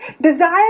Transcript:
desire